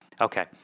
Okay